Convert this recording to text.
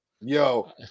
Yo